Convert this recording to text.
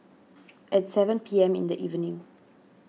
at seven P M in the evening